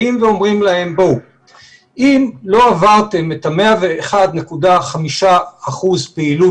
באים ואומרים להם אם לא עברתם את ה-101.5% פעילות